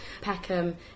Peckham